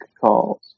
calls